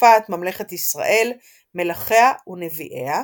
ותקופת ממלכת ישראל, מלכיה ונביאיה,